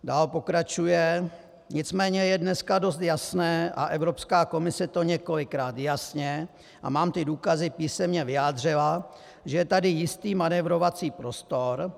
Dál pokračuje: Nicméně je dneska dost jasné, a Evropská komise to několikrát jasně, a mám ty důkazy, písemně vyjádřila, že je tady jistý manévrovací prostor.